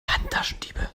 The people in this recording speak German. handtaschendiebe